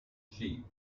cheap